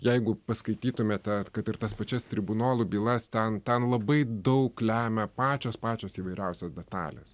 jeigu paskaitytumėte kad ir tas pačias tribunolų bylas ten ten labai daug lemia pačios pačios įvairiausios detalės